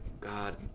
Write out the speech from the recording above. God